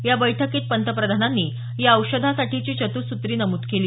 या बैठकीत पंतप्रधानांनी या औषधासाठीची चतुःसुत्री नमूद केली